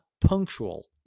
punctual